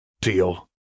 Deal